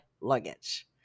luggage